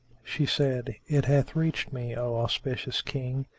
she said, it hath reached me, o auspicious king,